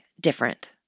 different